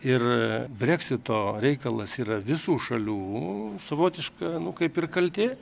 ir breksito reikalas yra visų šalių savotiška nu kaip ir kaltė